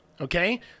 Okay